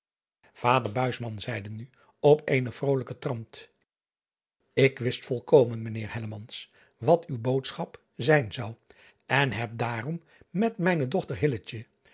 ader zeide nu op eenen vrolijken trant k wist volkomen ijnheer wat uw boodschap zijn zou en heb daarom met mijne dochter